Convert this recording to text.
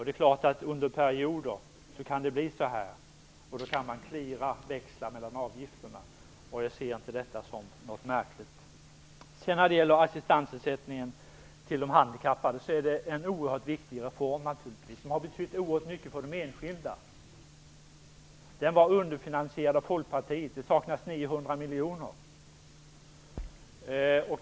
Det är klart att det under perioder kan bli så här, och då kan man "cleara", växla mellan avgifterna. Jag ser inte detta som något märkligt. Assistansersättningen till de handikappade är naturligtvis en oerhört viktig reform som har betytt mycket för de enskilda. Den var dock underfinansierad av Folkpartiet; det saknades 900 miljoner.